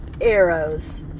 arrows